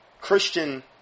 Christian